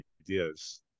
ideas